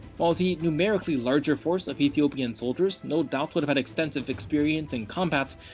ah the numerically larger force of ethiopian soldiers no doubt would've had extensive experience in combat,